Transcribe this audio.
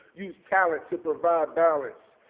use talent to provide balance.